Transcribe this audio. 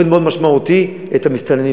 ותקיפה, הצלחנו לבנות את הגדר.